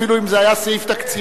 אפילו אם זה היה סעיף תקציבי,